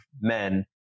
men